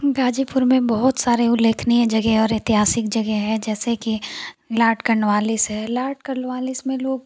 गाज़ीपुर में बहुत सारी उल्लेख़नीय जगहें और ऐतिहासिक जगहें हैं जैसे कि लॉर्ड कार्नवालिस है लॉर्ड कार्नवालिस में लोग